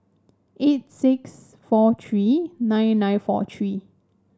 eight six four three nine nine four three